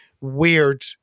weird